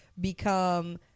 become